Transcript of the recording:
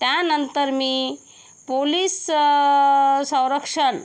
त्यानंतर मी पोलीस संरक्षण